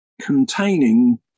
containing